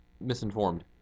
misinformed